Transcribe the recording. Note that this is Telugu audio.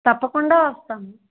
తప్పకుండా వస్తాం